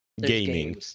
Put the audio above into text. gaming